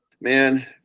man